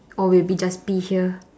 or maybe just pee here